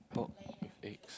pork with eggs